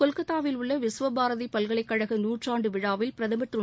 கொல்கத்தாவில் உள்ள விஸ்வபாரதி பல்கலைக் கழக நூற்றாண்டு விழாவில் பிரதமர் திரு